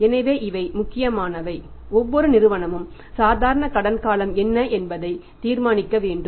எனவே இவை முக்கியமானவை ஒவ்வொரு நிறுவனமும் சாதாரண கடன் காலம் என்ன என்பதை தீர்மானிக்க வேண்டும்